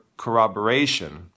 corroboration